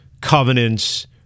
covenants